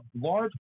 large